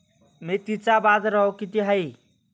मेथीचा बाजारभाव किती आहे?